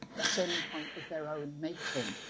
a turning point of their own making.